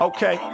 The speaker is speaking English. Okay